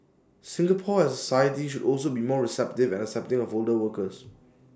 Singapore as A society should also be more receptive and accepting of older workers